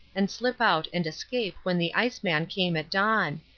and slip out and escape when the iceman came at dawn,